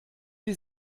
die